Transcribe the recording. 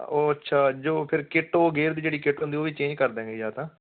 ਉਹ ਅੱਛਾ ਜੋ ਫੇਰ ਕਿੱਟ ਉਹ ਗੇਰ ਦੀ ਜਿਹੜੀ ਕਿੱਟ ਹੁੰਦੀ ਉਹ ਵੀ ਚੇਂਜ ਕਰ ਦਿਆਂਗੇ ਜਾਂ ਤਾਂ